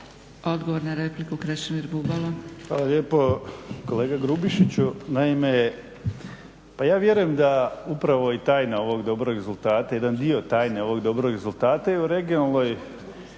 Bubalo. **Bubalo, Krešimir (HDSSB)** Hvala lijepo. Kolega Grubišiću, naime pa ja vjerujem da upravo je tajna ovog dobrog rezultata, jedan dio tajne ovog dobrog rezultata je u regionalnoj